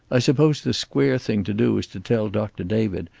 i suppose the square thing to do is to tell doctor david,